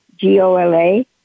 G-O-L-A